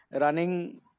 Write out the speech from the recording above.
running